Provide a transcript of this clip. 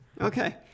Okay